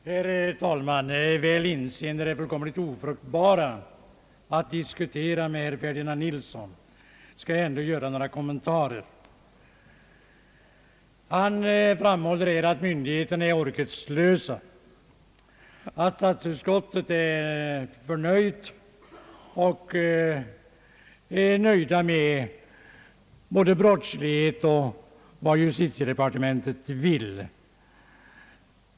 Herr talman! Väl inseende det fullkomligt ofruktbara i att diskutera med herr Ferdinand Nilsson skall jag ändå göra några kommentarer till hans anförande. Herr Nilsson framhåller att myndigheterna är orkeslösa, att statsutskottet är förnöjt i fråga om både brottsligheten och vad justitiedepartementet vill.